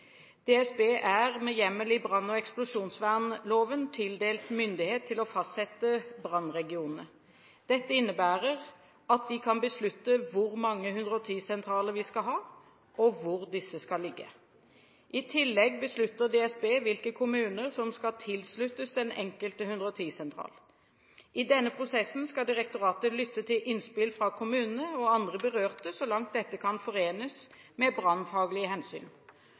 DSB er med hjemmel i brann- og eksplosjonsvernloven tildelt myndighet til å fastsette brannregionene. Dette innebærer at de kan beslutte hvor mange 110-sentraler vi skal ha, og hvor disse skal ligge. I tillegg beslutter DSB hvilke kommuner som skal tilsluttes den enkelte 110-sentral. I denne prosessen skal direktoratet lytte til innspill fra kommunene og andre berørte, så langt dette kan forenes med brannfaglige hensyn.